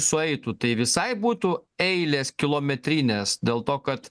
sueitų tai visai būtų eilės kilometrinės dėl to kad